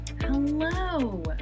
Hello